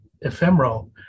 ephemeral